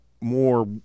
more